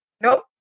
Nope